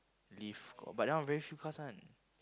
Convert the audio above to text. Lyft got but that one very few cars one